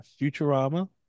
Futurama